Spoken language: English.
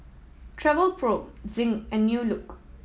Travelpro Zinc and New Look